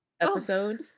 episode